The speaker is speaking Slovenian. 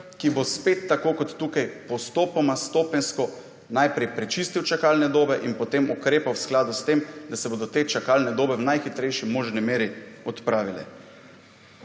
ki bo spet tako kot tukaj postopoma, stopenjsko najprej prečistil čakalne dobe in potem ukrepal v skladu s tem, da se bodo te čakalne dobe v najhitrejši možni meri odpravile.